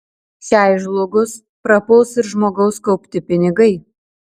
šiai žlugus prapuls ir žmogaus kaupti pinigai